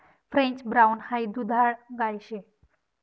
French brown हाई दुधाळ गाय शे